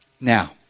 Now